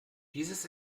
dieses